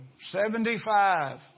Seventy-five